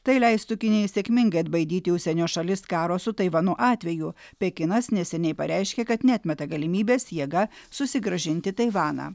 tai leistų kinijai sėkmingai atbaidyti užsienio šalis karo su taivanu atveju pekinas neseniai pareiškė kad neatmeta galimybės jėga susigrąžinti taivaną